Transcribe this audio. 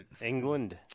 England